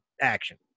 action